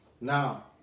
Now